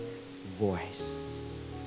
voice